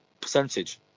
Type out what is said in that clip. percentage